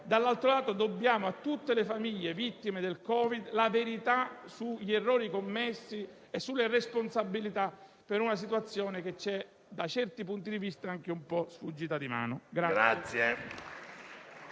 dall'altro dobbiamo a tutte le famiglie vittime del Covid la verità sugli errori commessi e sulle responsabilità per una situazione che, da certi punti di vista, ci è anche un po' sfuggita di mano.